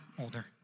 older